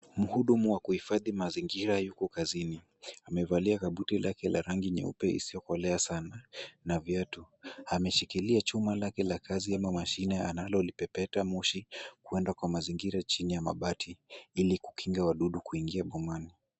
Mhudumu wa kuhifadhi mazingira yuko kazini, amevalia kabuti lake la rangi nyeupe isiyokolea sana, na viatu, ameshikilia chuma lake la kazi ama mashine analolipepeta moshi kuenda kwa mazingira chini ya mabati, ili kukinga wadudu kuingia bomani.